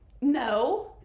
no